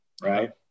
Right